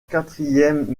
quatrième